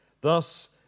Thus